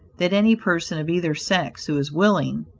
that any person of either sex who is willing,